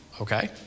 Okay